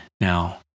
Now